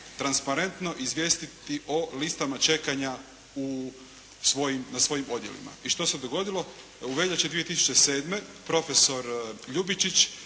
transparentno izvijestiti o listama čekanja na svojim odjelima. I što se dogodilo? U veljači 2007. profesor Ljubičić